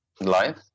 life